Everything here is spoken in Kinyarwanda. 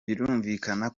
birumvikana